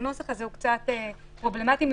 הנוסח הזה קצת פרובלמטי מבחינתי.